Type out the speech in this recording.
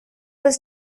was